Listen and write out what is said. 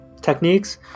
techniques